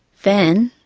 then,